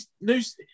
news